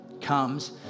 comes